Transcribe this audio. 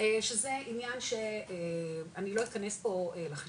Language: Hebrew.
שזה עניין שאני לא אכנס פה לחישוב,